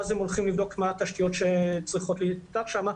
ואז הם הולכים לבדוק מה התשתיות שצריך לטפל בהן,